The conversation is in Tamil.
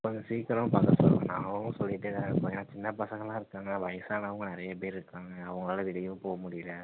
கொஞ்சம் சீக்கிரம் பார்க்க சொல்லுங்கள் நாங்களும் சொல்லிகிட்டேதான இருக்கோம் ஏனால் சின்ன பசங்களாம் இருக்காங்க வயசானவுங்க நிறைய பேர் இருக்காங்க அவங்களால வெளியேவும் போக முடியல